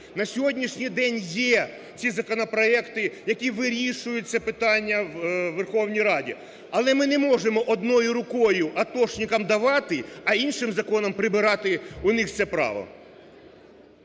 на сьогоднішній день є ці законопроекти, які вирішують це питання у Верховній Раді. Але ми не можемо одною рукою атошникам давати, а іншим законом прибирати у них це право.